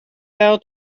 fell